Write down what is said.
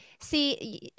see